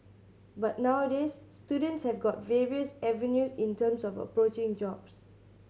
but nowadays students have got various avenues in terms of approaching jobs